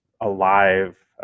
alive